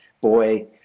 boy